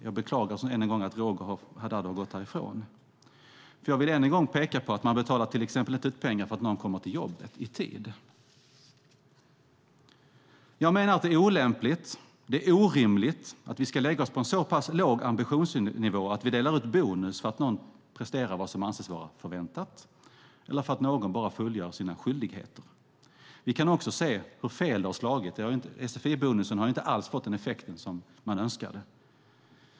Jag beklagar än en gång att Roger Haddad har gått härifrån. Jag vill än en gång peka på att man till exempel inte betalar ut pengar för någon som kommer till jobbet i tid. Jag menar att det är olämpligt och orimligt att vi ska lägga oss på en så pass låg ambitionsnivå att vi delar ut bonus för att någon presterar vad som anses vara förväntat eller för att någon bara fullgör sina skyldigheter. Vi kan också se hur fel det har slagit. Sfi-bonusen har inte alls fått den effekt som man önskade.